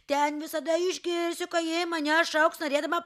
ten visada išgirsiu kai jie mane šauks norėdama